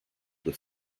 with